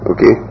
Okay